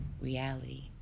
reality